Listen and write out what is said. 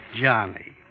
Johnny